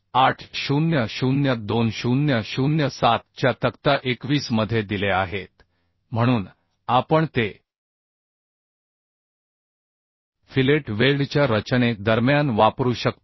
800 2007 च्या तक्ता 21 मध्ये दिले आहेत म्हणून आपण ते फिलेट वेल्डच्या रचने दरम्यान वापरू शकतो